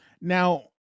now